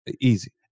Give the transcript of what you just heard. easy